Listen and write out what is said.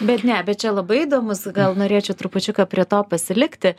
bet ne bet čia labai įdomus gal norėčiau trupučiuką prie to pasilikti